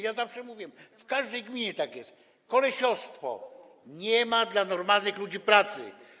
Ja zawsze mówiłem, że w każdej gminie tak jest - kolesiostwo, nie ma dla normalnych ludzi pracy.